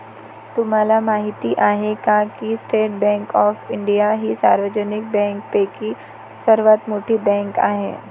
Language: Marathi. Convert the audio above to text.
तुम्हाला माहिती आहे का की स्टेट बँक ऑफ इंडिया ही सार्वजनिक बँकांपैकी सर्वात मोठी बँक आहे